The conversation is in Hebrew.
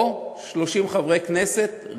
או 30 חברי כנסת,